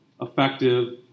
effective